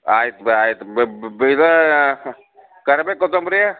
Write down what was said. ಆಯ್ತು ಬಿ ಆಯ್ತು ಇದು ಕರ್ಬೇವು ಕೊತ್ತಂಬ್ರಿ